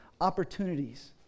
opportunities